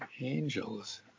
angels